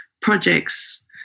projects